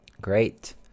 Great